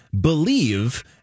Believe